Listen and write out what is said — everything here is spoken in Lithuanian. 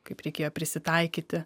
kaip reikėjo prisitaikyti